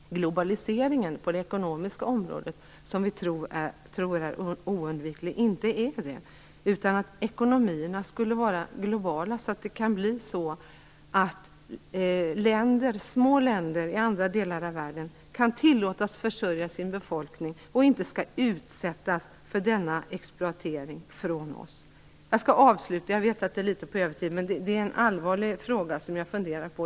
Globaliseringen på det ekonomiska området kanske inte är oundviklig, som vi tror. Ekonomierna kanske skulle vara lokala, så att små länder i andra delar av världen kan tillåtas försörja sin befolkning och inte behöver utsättas för denna exploatering från oss. Jag skall avsluta med att ta upp en allvarlig fråga, som jag funderar på.